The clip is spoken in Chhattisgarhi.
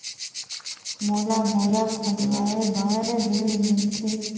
मोला बोरा खोदवाय बार ऋण मिलथे?